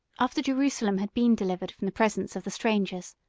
after jerusalem had been delivered from the presence of the strangers,